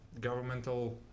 governmental